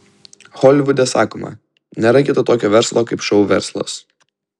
holivude sakoma nėra kito tokio verslo kaip šou verslas